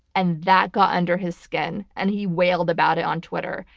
and that got under his skin and he wailed about it on twitter.